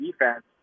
defense